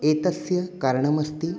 एतस्य कारणमस्ति